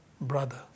brother